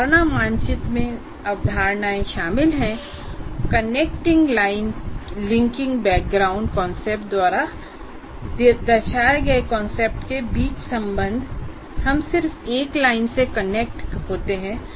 अवधारणा मानचित्र में अवधारणाएं शामिल हैं connecting line linking background concepts द्वारा दर्शाए गए कॉन्सेप्ट्स के बीच संबंध हम सिर्फ एक लाइन से कनेक्ट होते हैं